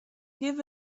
give